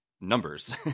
numbers